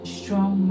strong